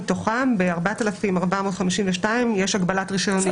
מתוכם ב-4,452 יש הגבלת רישיון נהיגה.